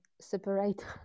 separate